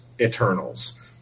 Eternals